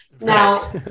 Now